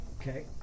Okay